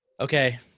Okay